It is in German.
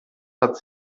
hat